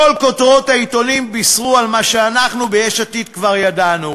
כל כותרות העיתונים בישרו על מה שאנחנו ביש עתיד כבר ידענו,